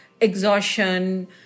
exhaustion